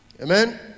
Amen